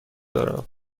دارم